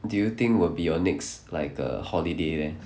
do you think will be your next like err holiday leh